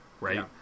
right